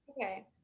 okay